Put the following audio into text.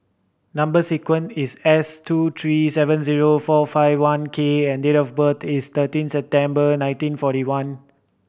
number sequence is S two three seven zero four five one K and date of birth is thirteen September nineteen forty one